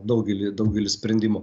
daugelį daugelį sprendimų